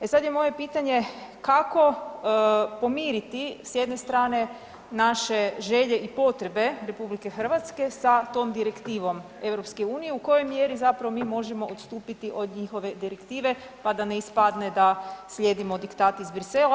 E sad je moje pitanje, kako pomiriti s jedne strane naše želje i potrebe RH sa tom direktivom EU, u kojoj mjeri zapravo mi možemo odstupiti od njihove direktive, pa da ne ispadne da slijedimo diktat iz Brisela?